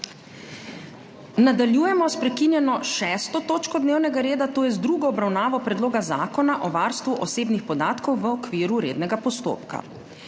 Nadaljujemo sprekinjeno6. točko dnevnega reda, to je z drugo obravnavo Predloga zakona o varstvu osebnih podatkov v okviru rednega postopka.